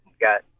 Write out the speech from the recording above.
got